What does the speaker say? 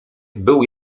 był